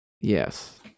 Yes